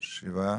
שבעה.